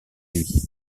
lui